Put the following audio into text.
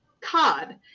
cod